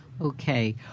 Okay